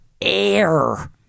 air